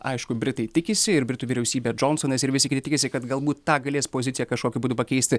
aišku britai tikisi ir britų vyriausybė džonsonas ir visi kiti tikisi kad galbūt tą galės poziciją kažkokiu būdu pakeisti